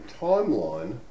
timeline